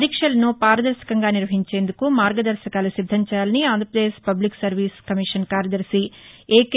పరీక్షలను పారదర్శకంగా నిర్వహించేందుకు మార్గదర్శకాలు సిద్దం చేయాలని ఆంధ్రప్రదేశ్ పబ్లిక్ సర్వీస్ కమిషన్ కార్యదర్శి కె